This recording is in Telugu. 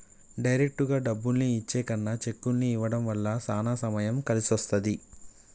డైరెక్టుగా డబ్బుల్ని ఇచ్చే కన్నా చెక్కుల్ని ఇవ్వడం వల్ల చానా సమయం కలిసొస్తది